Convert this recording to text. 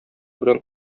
белән